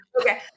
Okay